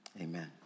Amen